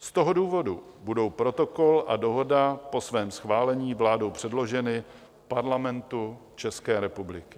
Z toho důvodu budou Protokol a Dohoda po svém schválení vládou předloženy Parlamentu České republiky.